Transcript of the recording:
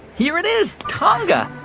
here it is tonga.